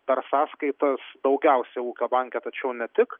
per sąskaitas daugiausia ūkio banke tačiau ne tik